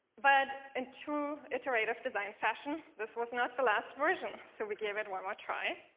but in true iterative design fashion, this was not the last version. so we gave it one more try,